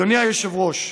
אדוני היושב-ראש,